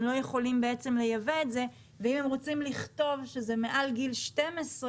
הם בעצם לא יכולים לייבא את זה ואם הם רוצים לכתוב שזה מעל גיל 12,